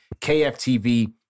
KFTV